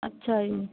ਅੱਛਾ ਜੀ